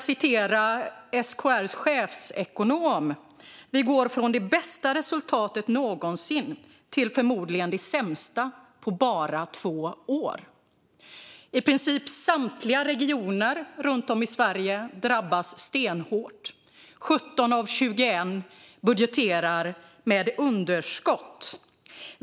SKR:s chefsekonom säger: Vi går från det bästa resultatet någonsin till förmodligen det sämsta, på bara två år. I princip samtliga regioner runt om i Sverige drabbas stenhårt. 17 av 21 budgeterar med underskott.